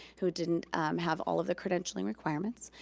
who didn't have all of the credentialing requirements.